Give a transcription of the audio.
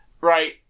Right